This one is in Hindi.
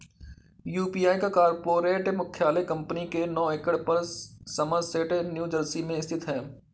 यू.पी.आई का कॉर्पोरेट मुख्यालय कंपनी के नौ एकड़ पर समरसेट न्यू जर्सी में स्थित है